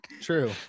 true